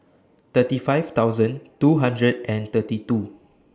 thirty five thousand two hundred and thirty two